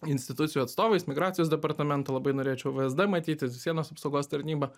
institucijų atstovais migracijos departamentu labai norėčiau vsd matyti sienos apsaugos tarnyba